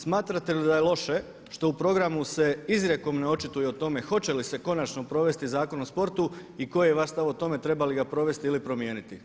Smatrate li da je loše što u programu se izrijekom ne očituje o tome hoće li se konačno provesti Zakon o sportu i koji je vaš stav o tome treba li ga provesti ili promijeniti.